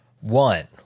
one